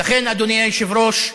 ולכן אדוני היושב-ראש,